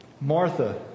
Martha